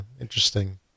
interesting